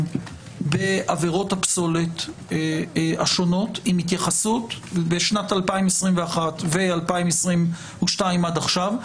בעבירות הפסולת השונות משנת 2021 ו-2022 עד עכשיו,